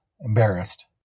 embarrassed